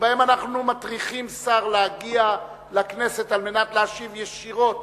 שאנחנו מטריחים שר להגיע לכנסת על מנת להשיב ישירות,